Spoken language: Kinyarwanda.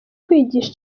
kwigisha